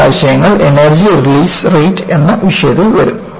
ഈ ആശയങ്ങൾ energy release rate എന്ന വിഷയത്തിൽ വരും